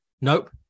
Nope